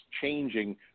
changing